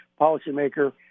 policymaker